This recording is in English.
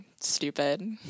stupid